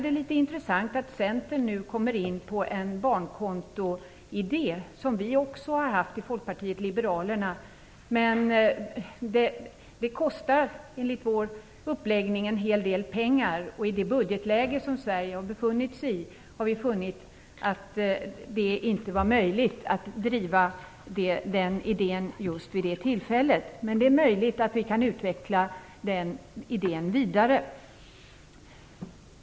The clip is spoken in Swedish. Det är intressant att Centern nu har kommit in på en idé om barnkonto, som vi i Folkpartiet liberalerna också har haft. Men enligt vår uppläggning kostar det en hel del pengar. Vi har dock funnit att i det budgetläge som Sverige har befunnit sig var det inte möjligt att driva den idén just vid det tillfället. Men vi kan kanske utveckla denna idé vidare.